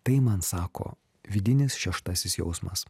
tai man sako vidinis šeštasis jausmas